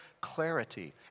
clarity